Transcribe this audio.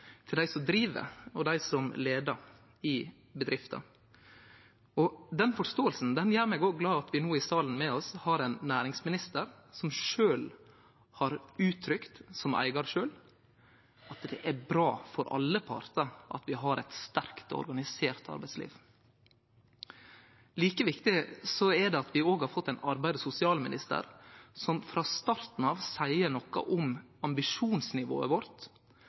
dei som driv det, og dei som leiar bedrifta. Den forståinga gjer meg òg glad for at vi no har med oss i salen ein næringsminister som har uttrykt, som eigar sjølv, at det er bra for alle partar at vi har eit sterkt og organisert arbeidsliv. Like viktig er det at vi har fått ein arbeids- og inkluderingsminister som frå starten av seier noko om ambisjonsnivået vårt